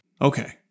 Okay